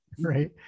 right